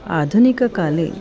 आधुनिककाले